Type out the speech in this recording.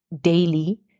daily